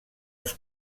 els